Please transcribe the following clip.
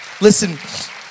Listen